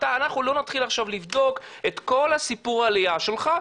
אנחנו לא נתחיל עכשיו לבדוק את כל סיפור העלייה שלך,